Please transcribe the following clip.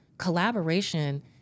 collaboration